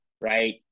right